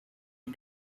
die